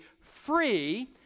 free